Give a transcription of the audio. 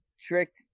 tricked